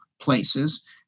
places